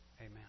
Amen